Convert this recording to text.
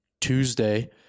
Tuesday